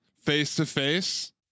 face-to-face